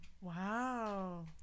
Wow